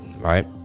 right